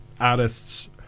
artists